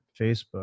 Facebook